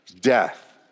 death